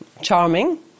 charming